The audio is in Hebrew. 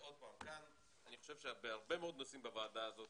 ועוד פעם, אני חושב שבהרבה נושאים בוועדה הזאת,